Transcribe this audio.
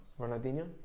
Ronaldinho